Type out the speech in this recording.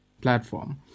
platform